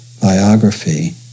biography